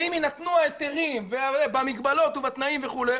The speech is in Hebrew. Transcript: ואם יינתנו ההיתרים במגבלות ובתנאים וכו',